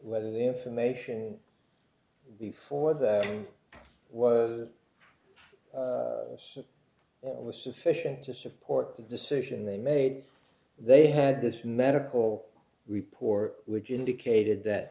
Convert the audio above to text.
whether the information before that was us was sufficient to support the decision they made they had this medical report which indicated that